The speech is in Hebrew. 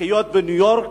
לחיות בניו-יורק,